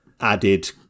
added